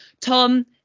Tom